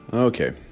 Okay